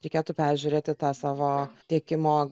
reikėtų peržiūrėti tą savo tiekimo